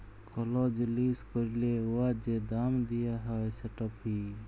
call জিলিস ক্যরলে উয়ার যে দাম দিয়া হ্যয় সেট ফি